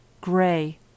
gray